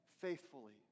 faithfully